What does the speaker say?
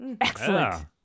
excellent